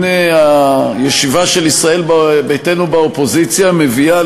הנה הישיבה של ישראל ביתנו באופוזיציה מביאה